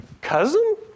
cousin